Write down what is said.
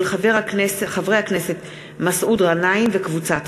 של חברי הכנסת מסעוד גנאים, אברהים